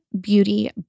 Beauty